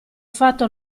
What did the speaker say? fatto